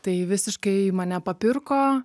tai visiškai mane papirko